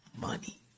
money